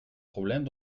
problème